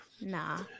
Nah